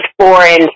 foreign